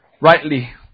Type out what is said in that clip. rightly